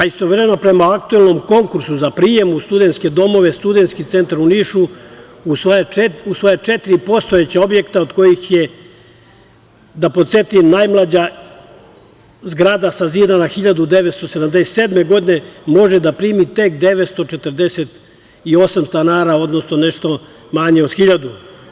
Istovremeno, prema aktuelnom konkursu za prijem u studenske domove, Studenski centar u Nišu, u svoja četiri postojeća objekta, od kojih je, da podsetim, najmlađa zgrada sazidana 1977. godine, može da primi tek 948 stanara, odnosno nešto manje od hiljadu.